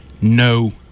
No